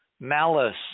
malice